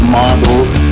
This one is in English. models